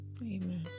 Amen